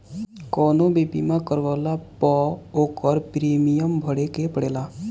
कवनो भी बीमा करवला पअ ओकर प्रीमियम भरे के पड़ेला